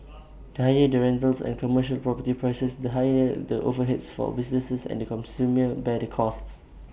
the higher the rentals and commercial property prices the higher the overheads for businesses and consumers bear the costs